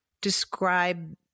describe